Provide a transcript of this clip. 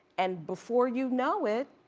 and before you know it,